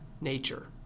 nature